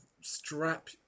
strap